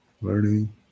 Learning